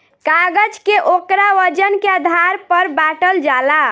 कागज के ओकरा वजन के आधार पर बाटल जाला